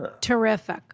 Terrific